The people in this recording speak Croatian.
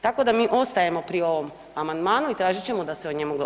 Tako da mi ostajemo pri ovom amandmanu i tražit ćemo da se o njemu glasa.